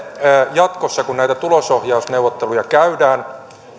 jatkossa kun näitä tulosohjausneuvotteluja käydään ja